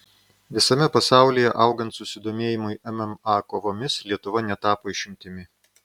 visame pasaulyje augant susidomėjimui mma kovomis lietuva netapo išimtimi